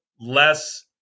less